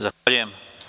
Zahvaljujem.